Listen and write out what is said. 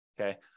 okay